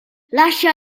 lascia